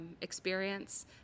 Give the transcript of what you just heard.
experience